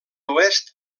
oest